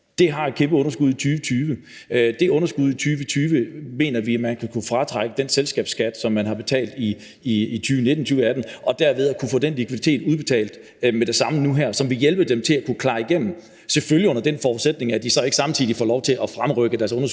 har haft et kæmpe underskud i 2020, mener vi skal kunne fratrække den selskabsskat, som man har betalt i 2018 og 2019, så de derved kan få den likviditet udbetalt med det samme nu og her, som vil hjælpe dem til at klare sig igennem – selvfølgelig under den forudsætning, at de så ikke samtidig får lov til at fremrykke deres underskud